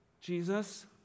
Jesus